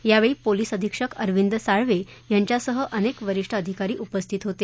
यावेळी पोलीस अधीक्षक अरविंद साळवे यांच्यासह अनेक वरीष्ठ अधिकारी उपस्थित होते